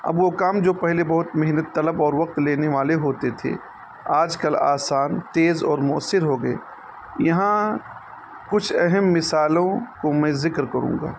اب وہ کام جو پہلے بہت محنت طلب اور وقت لینے والے ہوتے تھے آج کل آسان تیز اور مؤثر ہو گئے یہاں کچھ اہم مثالوں کو میں ذکر کروں گا